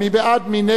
מי נמנע?